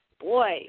boy